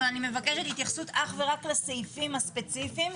אבל אני מבקשת התייחסות אך ורק לסעיפים הספציפיים,